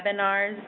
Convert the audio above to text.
webinars